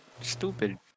Stupid